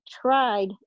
tried